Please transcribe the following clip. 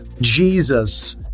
Jesus